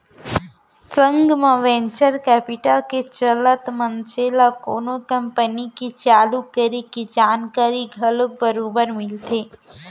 संग म venture capital के चलत मनसे ल कोनो कंपनी के चालू करे के जानकारी घलोक बरोबर मिलथे